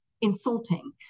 insulting